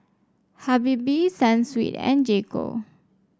Habibie Sunsweet and J Co